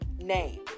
name